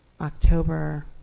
October